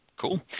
Cool